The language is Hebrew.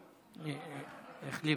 החליף.